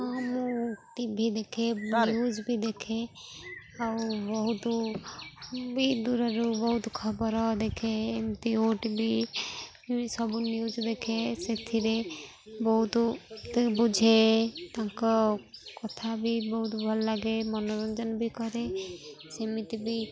ହଁ ମୁଁ T V ଦେଖେ ନ୍ୟୁଜ୍ ବି ଦେଖେ ଆଉ ବହୁତ ବି ଦୂରରୁ ବହୁତ ଖବର ଦେଖେ ଏମିତି ଓଟିଭି ସବୁ ନ୍ୟୁଜ୍ ଦେଖେ ସେଥିରେ ବହୁତ ବୁଝେ ତାଙ୍କ କଥା ବି ବହୁତ ଭଲ ଲାଗେ ମନୋରଞ୍ଜନ ବି କରେ ସେମିତି ବି